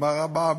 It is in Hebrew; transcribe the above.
נגמר המע"מ?